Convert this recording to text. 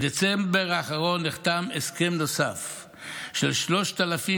בדצמבר האחרון נחתם הסכם נוסף של 3,000